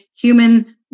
human